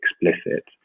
explicit